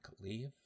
leave